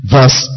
Verse